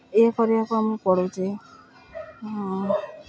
ଇଏ କରିବାକୁ ଆମକୁ ପଡ଼ୁଛି